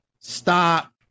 Stop